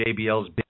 JBL's